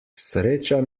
sreča